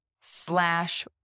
slash